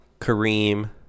Kareem